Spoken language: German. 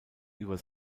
über